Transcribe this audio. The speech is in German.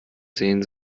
sehen